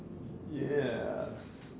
yes